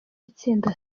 itsinda